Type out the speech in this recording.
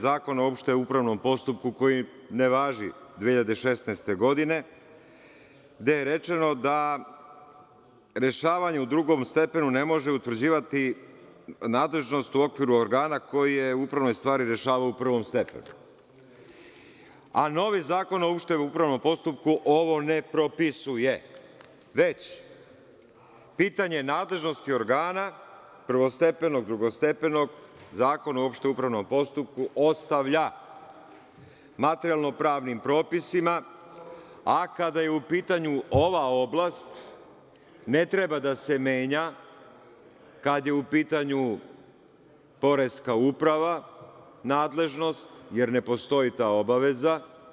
Zakona o opštem upravnom postupku koji ne važi 2016. godine, gde je rečeno da rešavanje u drugom stepenu ne može utvrđivati nadležnost u okviru organa koji je upravnoj stvari rešavao u prvom stepenu, a novi zakon o opštem upravnom postupku ovo ne propisuje, već pitanje nadležnosti organa, prvostepenog, drugostepenog, zakon o opštem upravnom postupku ostavlja materijalno-pravnim propisima, a kada je u pitanju ova oblast, ne treba da se menja, kada je u pitanju poreska uprava, nadležnost, jer ne postoji ta obaveza.